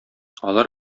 алар